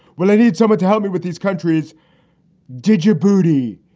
well, i need someone to help me with these countries did your booty.